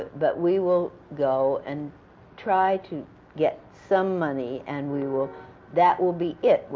but we will go and try to get some money, and we will that will be it,